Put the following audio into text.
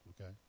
okay